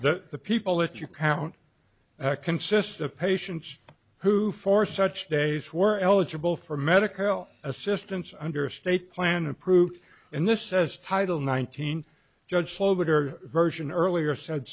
that the people that you count consists of patients who for such days were eligible for medical assistance under a state plan approved and this says title nineteen judge slow better version earlier said